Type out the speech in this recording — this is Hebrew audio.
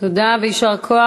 תודה, ויישר כוח.